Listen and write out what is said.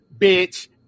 bitch